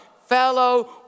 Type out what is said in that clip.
fellow